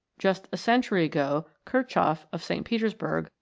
just a century ago kirchhoff, of st. petersburg,